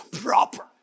proper